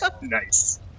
Nice